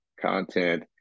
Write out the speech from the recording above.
content